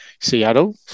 Seattle